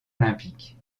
olympiques